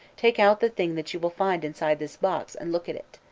take out the thing that you will find inside this box, and look at it.